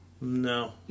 No